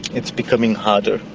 it's becoming harder.